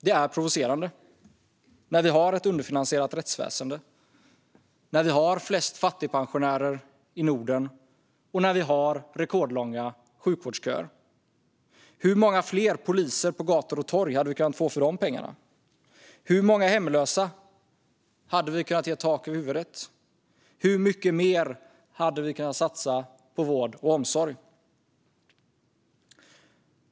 Det är provocerande när vi har ett underfinansierat rättsväsen, när vi har flest fattigpensionärer i Norden och när vi har rekordlånga sjukvårdsköer. Hur många fler poliser på gator och torg hade vi kunnat få för de pengarna? Hur många hemlösa hade vi kunnat ge tak över huvudet? Hur mycket mer hade vi kunnat satsa på vård och omsorg?